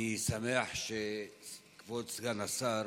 אני שמח שכבוד סגן השר